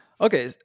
Okay